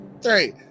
three